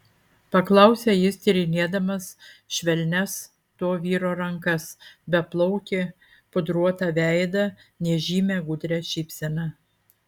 paklausė jis tyrinėdamas švelnias to vyro rankas beplaukį pudruotą veidą nežymią gudrią šypseną